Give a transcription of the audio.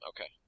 Okay